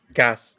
gas